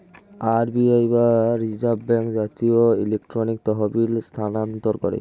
RBI বা reserve bank জাতীয় electronic তহবিল স্থানান্তর করে